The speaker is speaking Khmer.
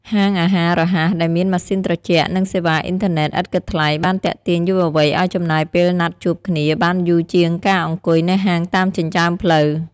ហាងអាហាររហ័សដែលមានម៉ាស៊ីនត្រជាក់ និងសេវាអ៊ីនធឺណិតឥតគិតថ្លៃ បានទាក់ទាញយុវវ័យឱ្យចំណាយពេលណាត់ជួបគ្នាបានយូរជាងការអង្គុយនៅហាងតាមចិញ្ចើមផ្លូវ។